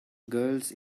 girls